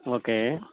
okay